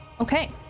okay